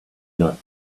not